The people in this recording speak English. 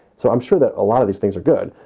so i'm sure that a lot of these things are good,